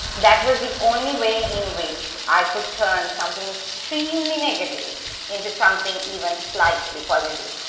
that was the only way in which i could turn something extremely negative into something even slightly positive.